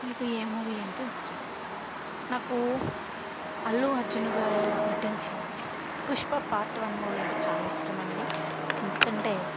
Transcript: మీకు ఏ మూవీ అంటే ఇష్టం నాకు అల్లు అర్జున్ గారు నటించిన పుష్ప పార్ట్ వన్ మూవీ అంటే చాలా ఇష్టం అండి ఎందుకంటే